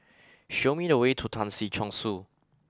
show me the way to Tan Si Chong Su